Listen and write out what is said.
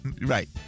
right